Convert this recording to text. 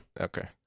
Okay